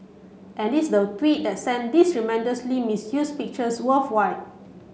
and this the tweet that sent these tremendously misused pictures worldwide